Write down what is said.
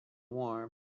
warm